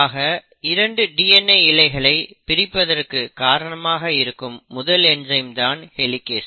ஆக 2 DNA இழைகளை பிரிப்பதற்கு கரணமாக இருக்கும் முதல் என்சைம் தான் ஹெலிகேஸ்